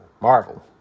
Marvel